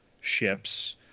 ships